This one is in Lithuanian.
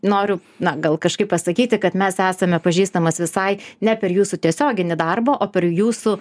noriu na gal kažkaip pasakyti kad mes esame pažįstamos visai ne per jūsų tiesioginį darbą o per jūsų